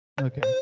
okay